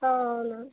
అవునా